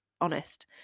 honest